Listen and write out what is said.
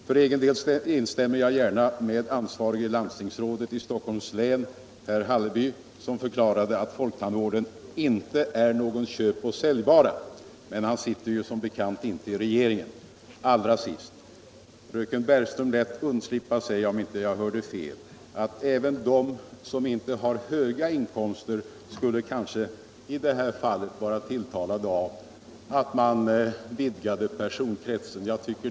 För egen del instämmer jag gärna med ansvariga landstingsrådet i 17 Stockholms län herr Hallerby, som förklarade att folktandvården inte är någon köpoch säljvara. Men han sitter som bekant inte i regeringen. Fröken Bergström lät, om jag inte hörde fel, undslippa sig att även de som inte har höga inkomster kanske skulle vara tilltalade av att man vidgade personkretsen för tandvårdsförsäkringen.